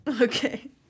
Okay